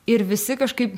ir visi kažkaip